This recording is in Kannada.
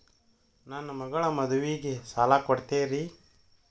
ನನ್ನ ಮಗಳ ಮದುವಿಗೆ ಸಾಲ ಕೊಡ್ತೇರಿ?